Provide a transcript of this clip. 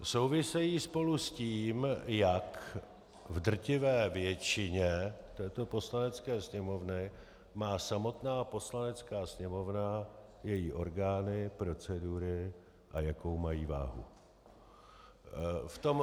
Souvisejí spolu tím, jak v drtivé většině této Poslanecké sněmovny má samotná Poslanecká sněmovna, její orgány procedury a jakou mají váhu.